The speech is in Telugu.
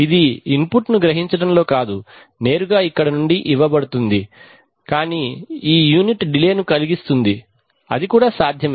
ఇది ఇన్పుట్ను గ్రహించడంలో కాదు నేరుగా ఇక్కడ నుండి ఇవ్వబడుతుంది కానీ ఈ యూనిట్ డిలే ను కలిగిస్తుంది అది కూడా సాధ్యమే